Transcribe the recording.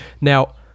Now